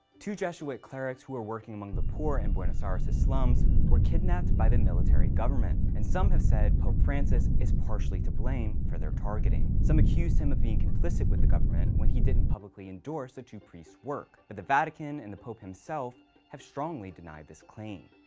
two jesuit clerics who were working among the poor in buenos ah aires' slums were kidnapped by the military government and some have said pope francis is partially to blame for their targeting. some accused him of being complicit with the government, when he didn't publicly endorse the two priests' work, but the vatican and the pope himself have strongly denied this claim.